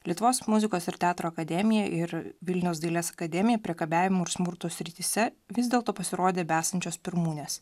lietuvos muzikos ir teatro akademija ir vilniaus dailės akademija priekabiavimo ir smurto srityse vis dėlto pasirodė besančios pirmūnės